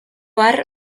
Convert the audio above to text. har